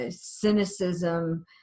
cynicism